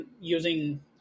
using